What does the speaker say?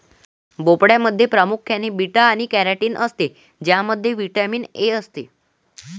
भोपळ्यामध्ये प्रामुख्याने बीटा आणि कॅरोटीन असते ज्यामध्ये व्हिटॅमिन ए असते